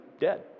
dead